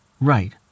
Right